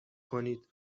کنید